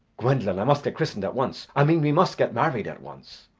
gwendolen, i must get christened at once i mean we must get married at once.